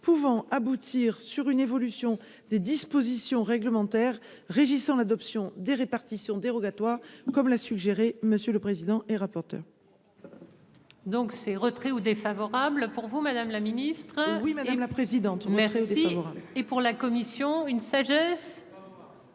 pouvant aboutir sur une évolution des dispositions réglementaires régissant l'adoption des répartitions dérogatoire, comme l'a suggéré, monsieur le président et rapporteur. Donc ces retraits ou défavorable pour vous madame la Ministre, oui madame la présidente, merci, et pour la commission, une sagesse.